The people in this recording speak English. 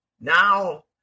now